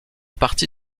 parti